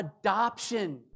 adoption